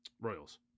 Royals